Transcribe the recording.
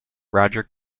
roger